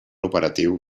operatiu